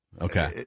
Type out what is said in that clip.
Okay